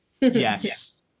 yes